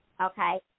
okay